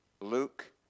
Luke